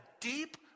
deep